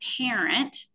parent